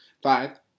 Five